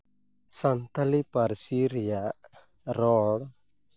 ᱥᱟᱱᱛᱟᱲᱤ ᱯᱟᱹᱨᱥᱤ ᱨᱮᱭᱟᱜ ᱨᱚᱲ